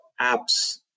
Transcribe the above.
apps